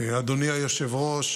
אדוני היושב-ראש,